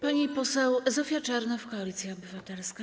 Pani poseł Zofia Czernow, Koalicja Obywatelska.